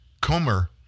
Comer